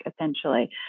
Essentially